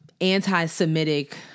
anti-Semitic